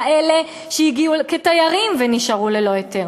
כאלה שהגיעו כתיירים ונשארו ללא היתר.